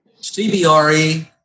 CBRE